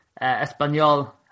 Espanol